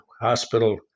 hospital